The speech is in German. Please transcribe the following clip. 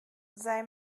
sei